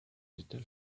little